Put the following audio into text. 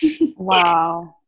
wow